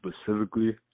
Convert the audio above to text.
specifically